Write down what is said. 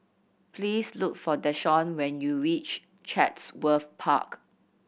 please look for Deshaun when you reach Chatsworth Park